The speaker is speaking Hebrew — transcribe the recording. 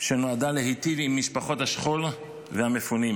שנועדה להיטיב עם משפחות השכול והמפונים.